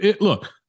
Look